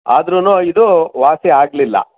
ಆದ್ರು ಇದು ವಾಸಿ ಆಗಲಿಲ್ಲ